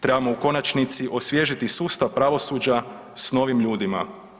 Trebamo u konačnici osvježiti sustav pravosuđa s novim ljudima.